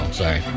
sorry